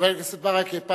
חבר הכנסת ברכה,